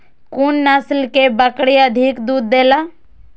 कुन नस्ल के बकरी अधिक दूध देला?